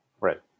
Right